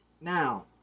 Now